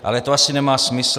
Ale to asi nemá smysl.